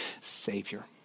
Savior